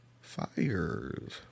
fires